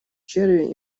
черви